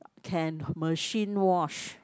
can machine wash